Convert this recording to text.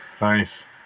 Nice